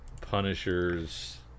Punishers